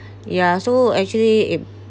ya so actually it~